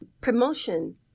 promotion